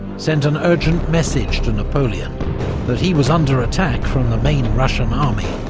sent an urgent message to napoleon that he was under attack from the main russian army.